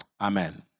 amen